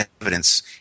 evidence